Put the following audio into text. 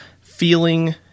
feeling